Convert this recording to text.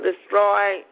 destroy